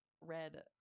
red